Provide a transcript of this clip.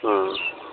ہاں